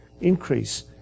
increase